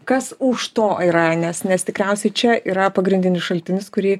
kas už to yra nes nes tikriausiai čia yra pagrindinis šaltinis kurį